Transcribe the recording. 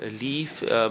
leave